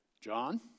John